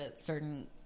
certain